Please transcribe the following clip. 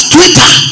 Twitter